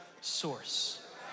source